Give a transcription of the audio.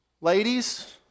Ladies